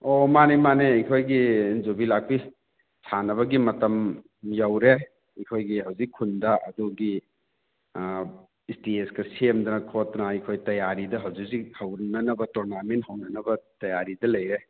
ꯑꯣ ꯃꯥꯅꯦ ꯃꯥꯅꯦ ꯑꯩꯈꯣꯏꯒꯤ ꯌꯨꯕꯤ ꯂꯥꯛꯄꯤ ꯁꯥꯟꯅꯕꯒꯤ ꯃꯇꯝ ꯌꯧꯔꯦ ꯑꯩꯈꯣꯏꯒꯤ ꯍꯧꯖꯤꯛ ꯈꯨꯟꯗ ꯑꯗꯨꯒꯤ ꯏꯁꯇꯦꯁꯀ ꯁꯦꯝꯗꯅ ꯈꯣꯠꯇꯅ ꯑꯩꯈꯣꯏ ꯇꯥꯌꯥꯔꯤꯗ ꯍꯧꯖꯤꯛ ꯍꯧꯖꯤꯛ ꯍꯧꯅꯅꯕ ꯇꯣꯔꯅꯥꯃꯦꯟ ꯍꯧꯅꯅꯕ ꯇꯥꯌꯥꯔꯤꯗ ꯂꯩꯔꯦ